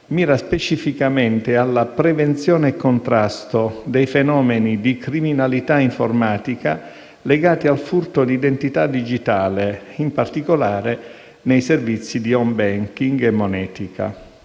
mira specificamente alla prevenzione e al contrasto dei fenomeni di criminalità informatica legati al furto d'identità digitale, in particolare nei servizi di *home banking* e monetica.